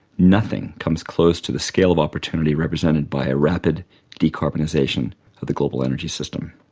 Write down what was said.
nothing comes close to the scale of opportunity represented by a rapid de-carbonization of the global energy system.